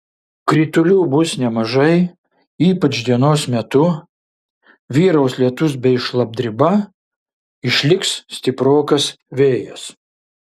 kritulių bus nemažai ypač dienos metu vyraus lietus bei šlapdriba išliks stiprokas vėjas